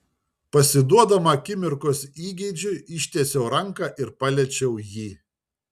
pasiduodama akimirkos įgeidžiui ištiesiau ranką ir paliečiau jį